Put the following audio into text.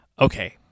okay